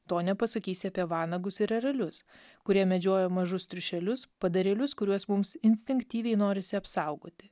to nepasakysi apie vanagus ir erelius kurie medžioja mažus triušelius padarėlius kuriuos mums instinktyviai norisi apsaugoti